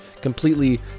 completely